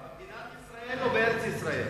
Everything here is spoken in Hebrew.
במדינת ישראל או בארץ-ישראל?